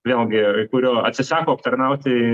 vėlgi kurio atsisako aptarnauti